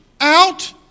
out